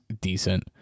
decent